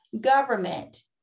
government